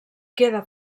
queda